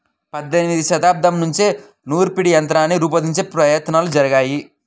పద్దెనిమదవ శతాబ్దం నుంచే నూర్పిడి యంత్రాన్ని రూపొందించే ప్రయత్నాలు జరిగాయి